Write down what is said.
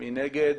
מי נגד?